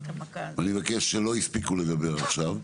אני מבקש שלא הספיקו לדבר עכשיו,